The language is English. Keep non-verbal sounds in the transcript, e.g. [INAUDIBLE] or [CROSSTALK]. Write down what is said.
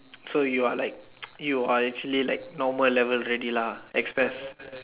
[NOISE] so you are like [NOISE] you are actually like normal level already lah express